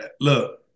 look